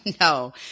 No